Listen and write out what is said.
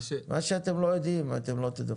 מה שאתם לא יודעים, אתם לא תדווחו.